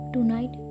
Tonight